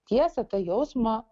tiesą tą jausmą